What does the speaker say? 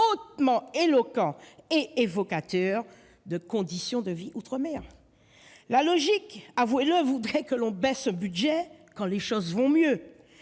hautement éloquent et évocateur « Conditions de vie outre-mer ». La logique, avouez-le, voudrait que l'on baisse un budget quand les choses vont mieux.